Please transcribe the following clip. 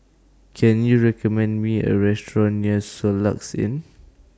Can YOU recommend Me A Restaurant near Soluxe Inn